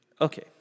Okay